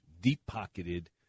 deep-pocketed